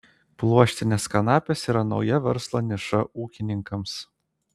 pluoštinės kanapės yra nauja verslo niša ūkininkams